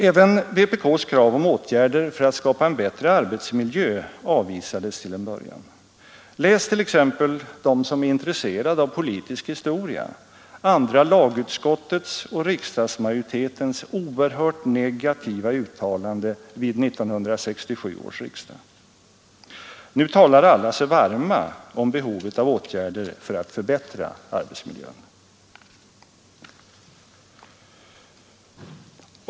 Även vpk:s krav på åtgärder för att skapa en bättre arbetsmiljö avvisades till en början. De som är intresserade av politisk historia bör t.ex. läsa andra lagutskottets och riksdagsmajoritetens oerhört negativa uttalande vid 1967 års riksdag. Nu talar alla sig varma för behovet av åtgärder för att förbättra arbetsmiljön.